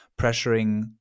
pressuring